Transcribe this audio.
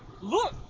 Look